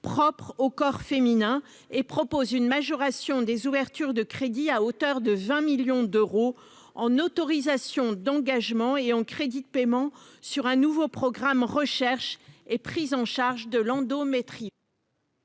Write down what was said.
propre au corps féminin et propose une majoration des ouvertures de crédits à hauteur de 20 millions d'euros en autorisations d'engagement et en crédits de paiement sur un nouveau programme recherche et prise en charge de l'endométriose.